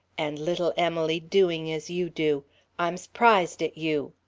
and little emily doing as you do i'm su'prised at you.